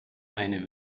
eine